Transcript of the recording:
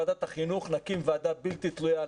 ועדת החינוך נקים ועדה בלתי תלויה,